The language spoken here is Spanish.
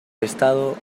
estado